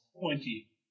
pointy